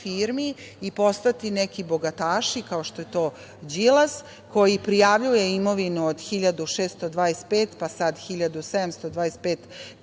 i postati neki bogataši, kao što je to Đilas koji prijavljuje imovinu od 1.625, pa sada 1.725